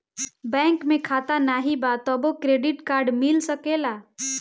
Bank में खाता नाही बा तबो क्रेडिट कार्ड मिल सकेला?